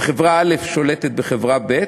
וחברה א' שולטת בחברה ב',